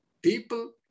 People